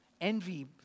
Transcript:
Envy